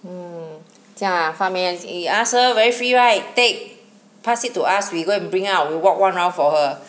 mm 这样啊发霉 you ask her very free right take pass it to us we go and bring out we walk one round for her